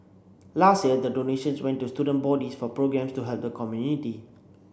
last year the donations went to student bodies for programmes to help the community